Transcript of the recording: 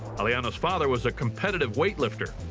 aliona's father was a competitive weightlifter.